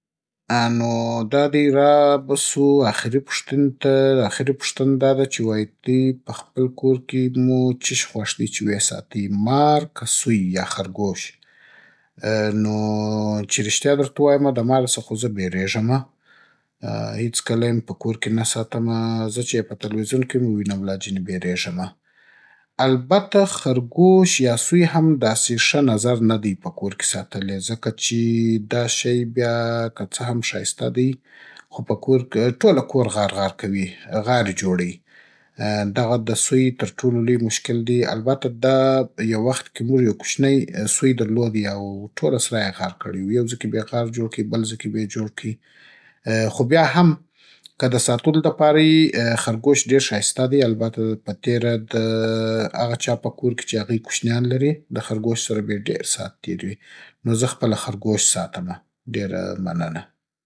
آ نو دا دی را به سو آخري پوښتنې ته. آخري پوښتنه دا ده چې وای تۍ په خپل کور کې مو چيښي خوښ دی چې وې ساتئ. مار که سوی يا خرګوش. ا نو چې ريشتيا درته ووایمه د ماره څه خو زه بېرېږمه. هېڅکله یېم په کور کې نه ساتمه. زه چې يې په تلويزون کېم ووينم لا جنې بېرېږمه. البته خرګوش يا سوی هم داسې ښه نظر نه دی په کور کې ساتل يې. ځکه چې دا شی بیا که څه هم ښايسته دی، خو په کور - ټوله کور غار غار کوي – غارې جوړوي. دغه د سوی تر ټولو لوی مشکل دی. البته دا يو وخت کې موږ يو کوشنی سوی درلودی؛ او ټوله سرای یې غار کړی و؛ يو ځي کې بې غار جوړ کی؛ بل ځي کې بې جوړ کی. خو بیا هم که د ساتلو د پاره يي، خرګوش ډېر ښايسته دی البته په تېره د اغه چا په کور کې چې اغوی کوشنيان لري، د خرګوش سره بې ډېر سات تېر وي. نو زه خپله خرګوش ساتمه. ډېره مننه.